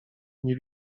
nie